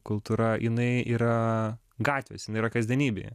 kultūra jinai yra gatvėse jinai yra kasdienybėje